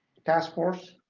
task force